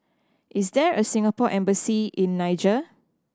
is there a Singapore Embassy in Niger